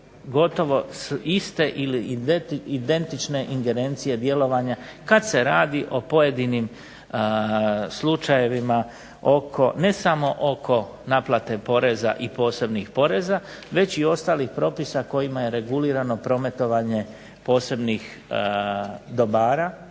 gotovo iste ili identične ingerencije djelovanja kad se radi o pojedinim slučajevima ne samo oko naplate poreza i posebnih poreza, već i ostalih propisa kojima je regulirano prometovanje posebnih dobara